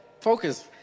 focus